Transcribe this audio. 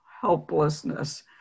Helplessness